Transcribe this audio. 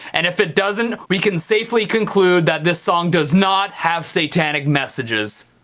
and if it doesn't we can safely conclude that this song does not have satanic messages.